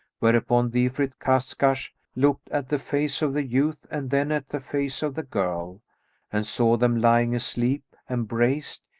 whereupon the ifrit kashkash looked at the face of the youth and then at the face of the girl and saw them lying asleep, embraced,